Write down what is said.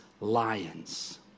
lions